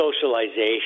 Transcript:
socialization